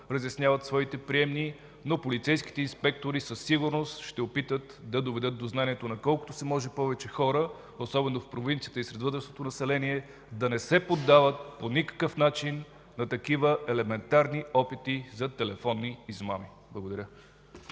разясняват това в своите приемни. Полицейските инспектори със сигурност ще опитат да доведат до знанието на колкото се може повече хора, особено в провинцията и сред възрастното население – да не се поддават по никакъв начин на такива елементарни опити за телефонни измами. Благодаря.